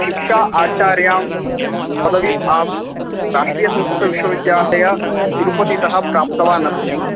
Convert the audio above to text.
शिक्षा आचार्यां पदवीम् अहं राष्ट्रियसंस्कृतविश्वविद्यालय तिरुपतितः प्राप्तवानस्मि